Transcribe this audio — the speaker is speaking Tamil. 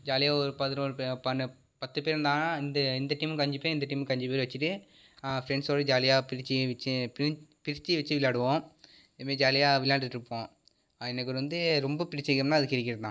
ஜாலியாக ஒரு பதினோரு பேர் பன பத்து பேர் இருந்தாங்கனா இந்த டீமுக்கு அஞ்சு பேர் இந்த டீமுக்கு அஞ்சு பேர் வச்சிகிட்டு ஃப்ரெண்ட்ஸோட ஜாலியாக பிரிச்சு வச்சு பிரி பிரிச்சு வச்சு விளையாடுவோம் இது மாதிரி ஜாலியாக விளையாண்டிட்டுருப்போம் எனக்கு ஒன்று வந்து ரொம்ப பிடிச்ச கேம்னா அது கிரிக்கெட் தான்